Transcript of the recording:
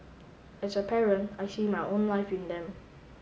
as a parent I see my own life in them